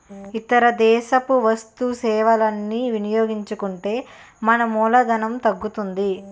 ఇతర దేశపు వస్తు సేవలని వినియోగించుకుంటే మన మూలధనం తగ్గుతుంది